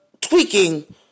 tweaking